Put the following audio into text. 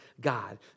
God